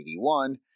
1981